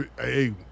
Hey